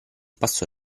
passò